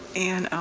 and, um,